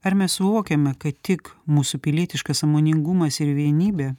ar mes suvokiame kad tik mūsų pilietiškas sąmoningumas ir vienybė